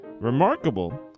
Remarkable